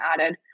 added